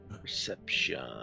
Perception